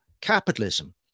capitalism